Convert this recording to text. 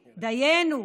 דיינו,